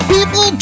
People